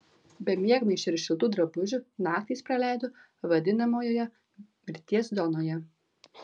be miegmaišio ir šiltų drabužių naktį jis praleido vadinamojoje mirties zonoje